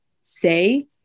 say